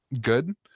good